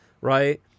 right